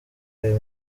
ayo